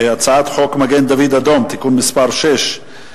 הצעת חוק מגן-דוד-אדום (תיקון מס' 6)